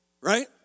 right